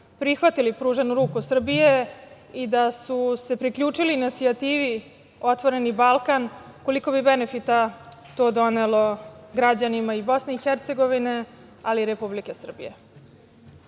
prihvatili pruženu ruku Srbije i da su se priključili inicijativi „Otvoreni Balkan“, koliko bi benefita to donelo građanima i Bosne i Hercegovine, ali i Republike Srbije. Iskreno